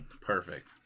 Perfect